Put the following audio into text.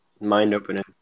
mind-opening